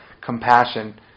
compassion